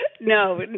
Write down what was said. No